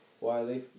Wiley